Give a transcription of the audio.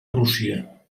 rússia